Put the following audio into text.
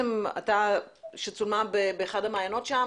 שצולמה באחד המעיינות,